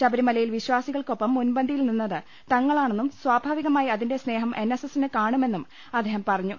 ശബരിമലയിൽ വിശ്ചാസി കൾക്കൊപ്പം മുൻപന്തിയിൽ നിന്നത് തങ്ങളാണെന്നും സ്വാഭാവികമായി അതിന്റെ സ്നേഹം എൻ എസ് എസിന് കാണുമെന്നും അദ്ദേഹം പറഞ്ഞു